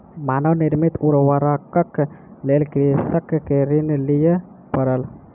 मानव निर्मित उर्वरकक लेल कृषक के ऋण लिअ पड़ल